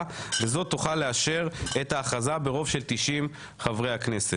וזאת תוכל לאשר את ההכרזה ברוב של 90 חברי כנסת.